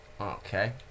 Okay